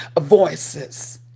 voices